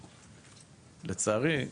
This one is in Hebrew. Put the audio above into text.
לצערי,